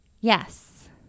Yes